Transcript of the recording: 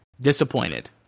Disappointed